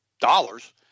dollars